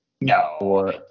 No